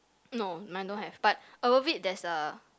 no mine don't have but above it there's a